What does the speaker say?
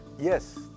Yes